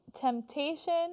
temptation